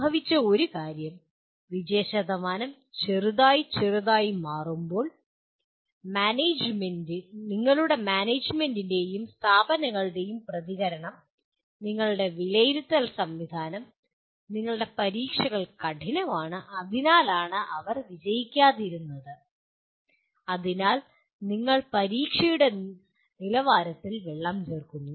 സംഭവിച്ച ഒരു കാര്യം വിജയശതമാനം ചെറുതായി ചെറുതായി മാറുമ്പോൾ നിങ്ങളുടെ മാനേജുമെന്റിന്റെയും സ്ഥാപനങ്ങളുടെയും പ്രതികരണം നിങ്ങളുടെ വിലയിരുത്തൽ സംവിധാനം നിങ്ങളുടെ പരീക്ഷകൾ കഠിനമാണ് അതിനാലാണ് അവർ വിജയിക്കാതിരുന്നത് അതിനാൽ നിങ്ങൾ പരീക്ഷയുടെ നിലവാരത്തിൽ വെള്ളം ചേർക്കുന്നു